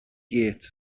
gyd